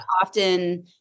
often